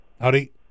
Howdy